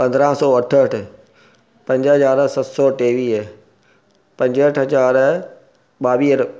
पंद्रहं सौ अठहठि पंज हज़ार सत सौ टेवीह पंजहठि हज़ार ॿावीह